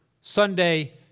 Sunday